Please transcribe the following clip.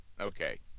Okay